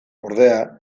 ordea